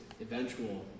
eventual